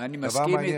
דבר מעניין.